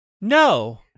no